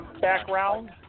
background